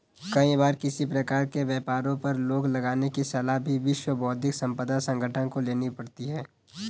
कई बार किसी प्रकार के व्यापारों पर रोक लगाने की सलाह भी विश्व बौद्धिक संपदा संगठन को लेनी पड़ती है